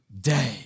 day